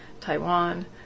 Taiwan